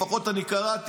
לפחות אני קראתי,